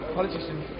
politicians